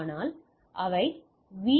ஆகவே வி